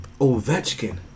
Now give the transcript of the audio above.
Ovechkin